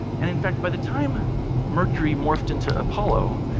and in fact, by the time mercury morphed into apollo,